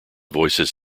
voices